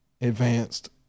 advanced